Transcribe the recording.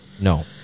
no